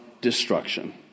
destruction